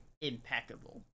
impeccable